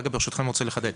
ברשותכם, אני רוצה לחדד: